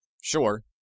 Sure